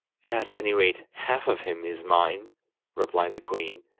at any rate half of him is mine replied the queen,